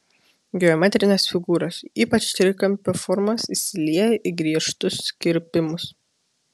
geometrinės figūros ypač trikampio formos įsilieja į griežtus kirpimus